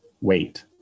wait